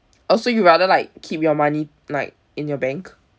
oh so you rather like keep your money like in your bank